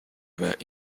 about